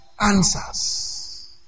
answers